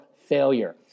failure